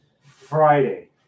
Friday